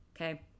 Okay